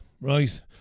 right